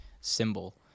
symbol